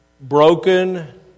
broken